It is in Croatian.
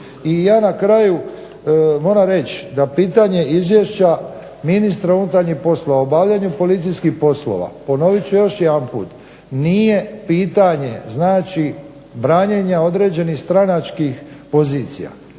I ja na kraju moram reći da pitanje izvješća ministra unutarnjih poslova o obavljanju policijskih poslova, ponovit ću još jedanput, nije pitanje znači branjenja određenih stranačkih pozicija